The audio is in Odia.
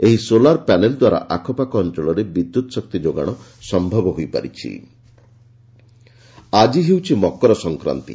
ଏହି ସୋଲାର ପ୍ୟାନେଲ୍ ଦ୍ୱାରା ଆଖପାଖ ଅଞଳରେ ବିଦ୍ୟତ୍ ଶକ୍ତି ଯୋଗାଣ ସ ମକର ସଂକ୍ରାନ୍ତୀ ଆକି ହେଉଛି ମକର ସଂକ୍ରାନ୍ତି